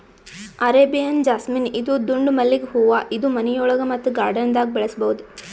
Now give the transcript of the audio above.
Arabian jasmine ಇದು ದುಂಡ್ ಮಲ್ಲಿಗ್ ಹೂವಾ ಇದು ಮನಿಯೊಳಗ ಮತ್ತ್ ಗಾರ್ಡನ್ದಾಗ್ ಬೆಳಸಬಹುದ್